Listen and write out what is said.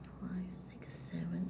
five six seven